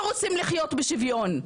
שרוצים לחיות בשוויון.